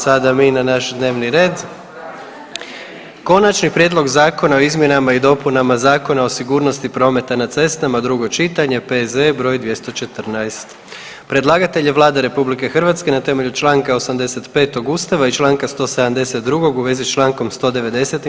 sada na naš dnevni red: - Konačni prijedlog zakona o izmjenama i dopunama Zakona o sigurnosti prometa na cestama, drugo čitanje, P.Z. br. 214; Predlagatelj je Vlada RH na temelju čl. 85 Ustava RH i čl. 172. u svezi s čl. 190.